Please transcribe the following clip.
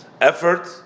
effort